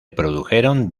produjeron